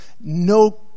No